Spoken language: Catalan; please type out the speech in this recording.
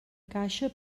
caixa